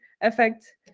effect